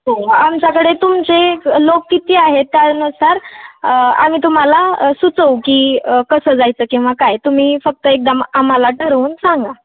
हो आमच्याकडे तुमचे लोक किती आहेत त्यानुसार आम्ही तुम्हाला सुचवू की कसं जायचं किंवा काय तुम्ही फक्त एकदा आम्हाला ठरवून सांगा